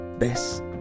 best